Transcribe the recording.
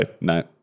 no